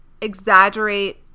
exaggerate